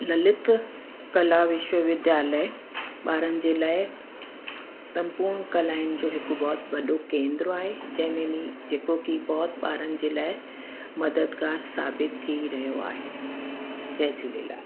ललित कला विश्वविद्यालय ॿारनि जे लाइ संपूर्ण कलाउनि जो हिकु बोत वॾो केंद्र आहे जंहिं में मि जेको कि बहोत ॿारनि जे लाइ मददगार साबित थी रहियो आहे जय झूलेलाल